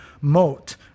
moat